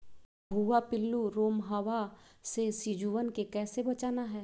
भुवा पिल्लु, रोमहवा से सिजुवन के कैसे बचाना है?